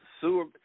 sewer